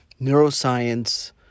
neuroscience